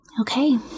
Okay